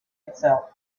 itself